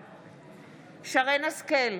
בעד שרן מרים השכל,